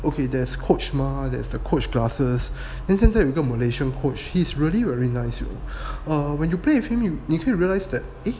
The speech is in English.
okay there's coach ma~ that's the coach glasses then 现在有一个 malaysian coach he's really very nice you know err when you play with him you 你可以 realized that eh